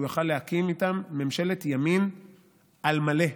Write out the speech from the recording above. והוא יכול היה להקים איתם ממשלת ימין על מלא,